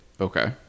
Okay